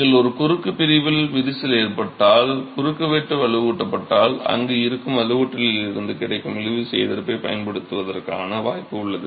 நீங்கள் ஒரு குறுக்கு பிரிவில் விரிசல் ஏற்பட்டால் குறுக்குவெட்டு வலுவூட்டப்பட்டால் அங்கு இருக்கும் வலுவூட்டலில் இருந்து கிடைக்கும் இழுவிசை எதிர்ப்பைப் பயன்படுத்துவதற்கான வாய்ப்பு உள்ளது